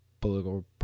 political